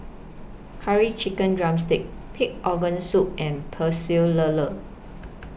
Curry Chicken Drumstick Pig Organ Soup and Pecel Lele